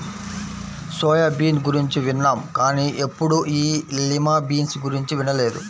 soya bean గురించి విన్నాం కానీ ఎప్పుడూ ఈ లిమా బీన్స్ గురించి వినలేదు